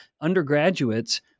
Undergraduates